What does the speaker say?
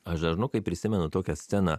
aš dažnokai prisimenu tokią sceną